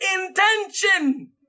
intention